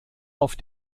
auf